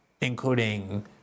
including